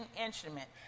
instrument